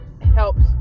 helps